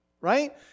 right